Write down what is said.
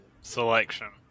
selection